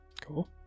Cool